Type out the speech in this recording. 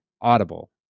Audible